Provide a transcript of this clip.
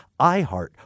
iHeart